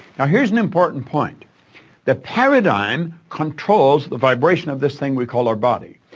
now here's an important point the paradigm controls the vibration of this thing we call our body.